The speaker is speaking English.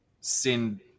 send